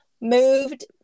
moved